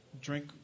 drink